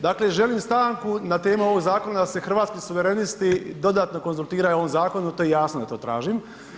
dakle želim stanku na teme ovo zakona da se Hrvatski suverenisti dodatno konzultiraju o ovom zakonu, to je jasno da to tražim.